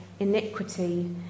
iniquity